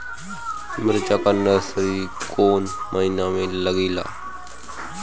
मिरचा का नर्सरी कौने महीना में लागिला?